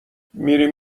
میریم